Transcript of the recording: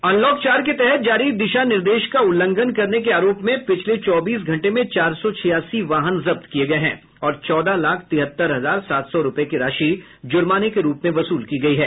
unlock चार के तहत जारी दिशा निर्देश का उल्लंघन करने के आरोप में पिछले चौबीस घंटे में चार सौ छियासी वाहन जब्त किये गये हैं और चौदह लाख तिहत्तर हजार सात सौ रूपये की राशि जुर्माने के रुप में वसूल की गई है